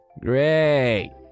Great